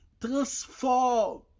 transform